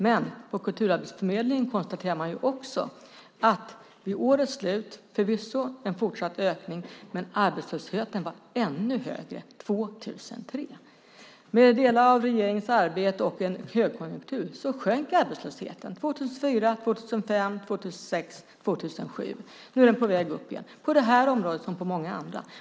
Men på Kulturarbetsförmedlingen konstaterar man också förvisso en ökning vid årets slut, men arbetslösheten var ännu högre 2003. Med delar av regeringens arbete och en högkonjunktur sjönk arbetslösheten 2004, 2005, 2006 och 2007. Nu är den på väg upp igen, på det här området liksom på många andra.